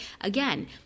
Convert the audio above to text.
Again